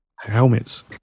Helmets